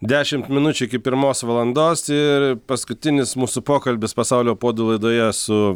dešimt minučių iki pirmos valandos ir paskutinis mūsų pokalbis pasaulio puodų laidoje su